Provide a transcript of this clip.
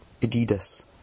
Adidas